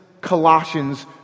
Colossians